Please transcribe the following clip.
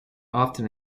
often